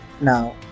Now